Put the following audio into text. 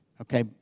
okay